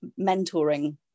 mentoring